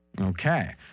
Okay